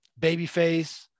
Babyface